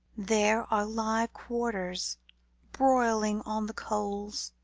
there are live quarters broiling on the coals,